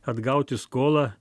atgauti skolą